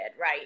right